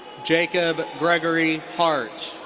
jacob gregory hart.